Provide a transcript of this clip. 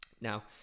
Now